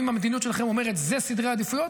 אם המדיניות שלכם אומרת שאלה סדרי העדיפויות,